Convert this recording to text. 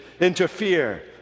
interfere